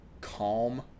calm